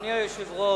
אדוני היושב-ראש,